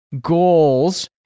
goals